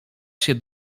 się